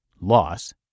loss